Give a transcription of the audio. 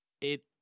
It